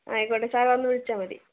ആയിക്കോട്ടെ സർ ഒന്ന് വിളിച്ചാൽ മതി